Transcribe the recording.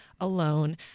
alone